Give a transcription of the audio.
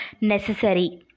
necessary